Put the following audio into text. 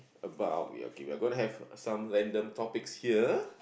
about okay we are gonna have some random topics here